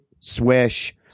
Swish